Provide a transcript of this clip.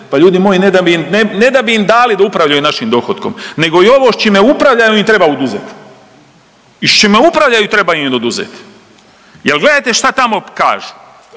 pa ljudi moji ne da bi im dali da upravljaju našim dohotkom nego i ovo s čime upravljaju im treba oduzet i s čime upravljaju treba im oduzet. Jel gledajte šta tamo kažu,